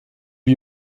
lui